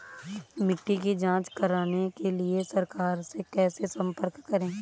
मिट्टी की जांच कराने के लिए सरकार से कैसे संपर्क करें?